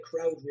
crowd